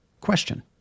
question